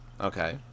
Okay